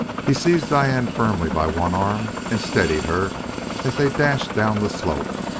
he seized diane firmly by one arm and steadied her as they dashed down the slope.